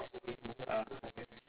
ya